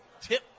tip